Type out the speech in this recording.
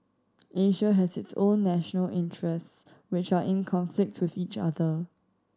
Asia has its own national interests which are in conflict with each other